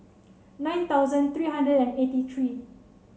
nine thousand three hundred and eighty three